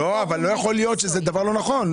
זה דבר לא נכון.